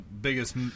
biggest